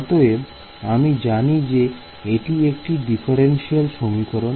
অতএব আমি জানি যে এটি একটি ডিফারেনশিয়াল সমীকরণ